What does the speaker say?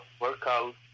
workout